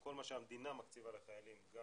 שכל מה שהמדינה מקציבה לחיילים גם